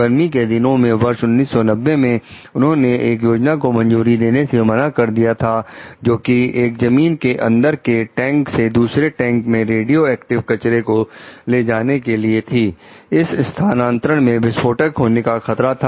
गर्मियों के दिनों में वर्ष 1990 में उन्होंने एक योजना को मंजूरी देने से मना कर दिया था जो कि एक जमीन के अंदर के टैंक से दूसरे टैंक में रेडियो एक्टिव कचरे को ले जाने के लिए थी इस स्थानांतरण में विस्फोट होने का खतरा था